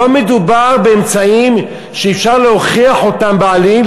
לא מדובר באמצעים שאפשר להוכיח בעליל